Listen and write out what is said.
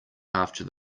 after